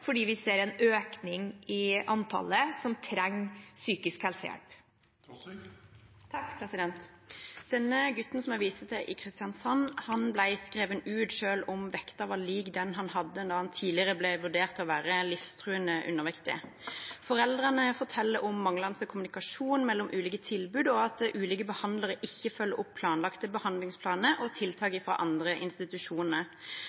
vi ser en økning i antall personer som trenger psykisk helsehjelp. Gutten i Kristiansand som jeg viste til, ble skrevet ut selv om vekten var lik den han hadde da han tidligere ble vurdert til å være livstruende undervektig. Foreldrene forteller om manglende kommunikasjon mellom ulike tilbud, og at ulike behandlere ikke følger opp planlagte behandlingsplaner og tiltak